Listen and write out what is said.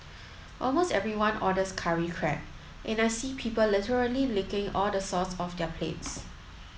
almost everyone orders curry crab and I see people literally licking all the sauce off their plates